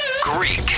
greek